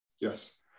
Yes